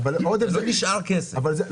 זה לא נשאר כסף.